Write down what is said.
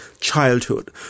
childhood